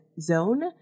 Zone